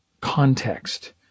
context